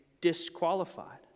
disqualified